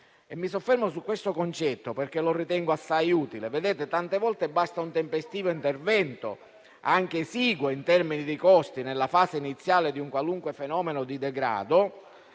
Mi soffermo su questo concetto, perché lo ritengo assai utile. Tante volte basta un tempestivo intervento, anche esiguo in termini di costi, nella fase iniziale di un qualunque fenomeno di degrado